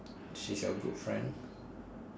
she's your good friend